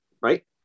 right